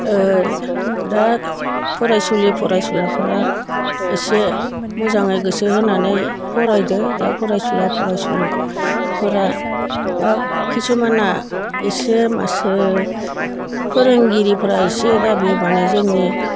दा फरायसुलि फरायसुलाफोरा एसे मोजाङै गोसो होनानै फरायदों दा फरायसुला फरायसुलिफोरा खिसुमाना एसे मासो फोरोंगिरिफ्रा दा एसे माने जोंनि